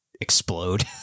explode